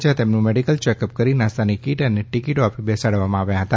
જ્યાં તેમનું medical checkup કરી નાસ્તાની કીટ અને ટીકીટો આપી બેસાડવામા આવ્યા હતા